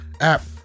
app